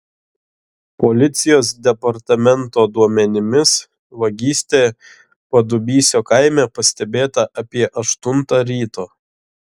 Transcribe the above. policijos departamento duomenimis vagystė padubysio kaime pastebėta apie aštuntą ryto